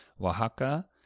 Oaxaca